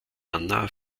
anna